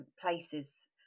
places